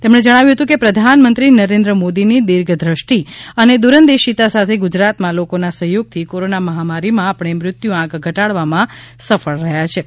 તેમણે જણાવ્યું હતું કે પ્રધાનમંત્રી નરેન્દ્ર મોદીની દીર્ઘદ્રષ્ટિ અને દ્વરંદેશીતા સાથે ગુજરાતમાં લોકોના સહયોગથી કોરોના મહામરીમાં આપણે મૃત્યુ આંક ઘટાડવામાં સફળ રહ્યા છીએ